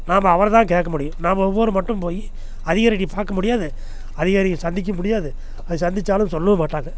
நாம் அவரைதான் கேட்க முடியும் நாம் ஒவ்வொரு மட்டும் போய் அதிகாரியை நீ பார்க்க முடியாது அதிகாரிய சந்திக்க முடியாது அது சந்தித்தாலும் சொல்லவும் மாட்டாங்க